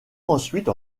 ensuite